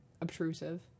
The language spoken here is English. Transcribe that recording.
obtrusive